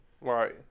Right